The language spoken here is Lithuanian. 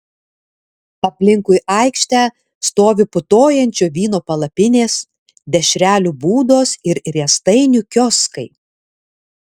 aplinkui aikštę stovi putojančio vyno palapinės dešrelių būdos ir riestainių kioskai